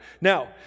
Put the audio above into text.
Now